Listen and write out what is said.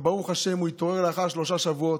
וברוך השם הוא התעורר לאחר שלושה שבועות.